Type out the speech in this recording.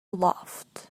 aloft